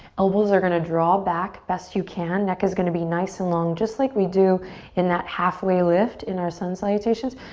elbows are gonna draw back, best you can. neck is gonna be nice and long, just like we do in that halfway lift in our sun salutations.